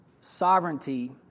sovereignty